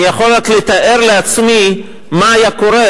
אני יכול רק לתאר לעצמי מה היה קורה